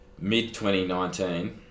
Mid-2019